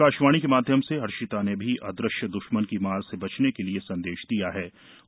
काशवाणी के माध्यम से हर्षिता ने भी अदृश्य दृश्मन की मार से बचने के लिए संदेश दिया हा